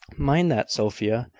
mind that, sophia.